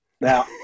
now